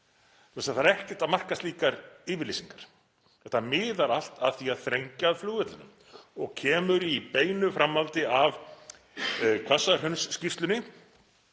þess að það er ekkert að marka slíkar yfirlýsingar. Þetta miðar allt að því að þrengja að flugvellinum og kemur í beinu framhaldi af Hvassahraunsskýrslunni